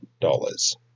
dollars